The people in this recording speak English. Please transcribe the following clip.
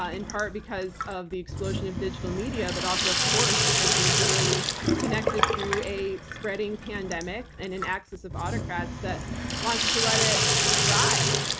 ah in part because of the explosion of digital media but also, of course, because we're literally connected through a spreading pandemic in an axis of autocrats that wants to let it thrive.